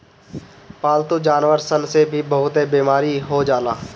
पालतू जानवर सन से भी बहुते बेमारी हो जाला